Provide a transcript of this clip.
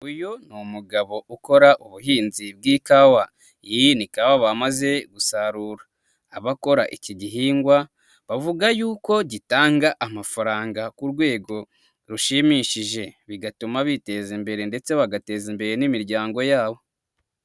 Uyu ni umugabo ukora ubuhinzi bw'ikawa. Iyi ni ikababa bamaze gusarura. Abakora iki gihingwa bavuga yuko gitanga amafaranga ku rwego rushimishije bigatuma biteza imbere ndetse bagateza imbere n'imiryango yabo.